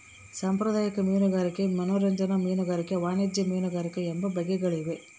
ಸಾಂಪ್ರದಾಯಿಕ ಮೀನುಗಾರಿಕೆ ಮನರಂಜನಾ ಮೀನುಗಾರಿಕೆ ವಾಣಿಜ್ಯ ಮೀನುಗಾರಿಕೆ ಎಂಬ ಬಗೆಗಳಿವೆ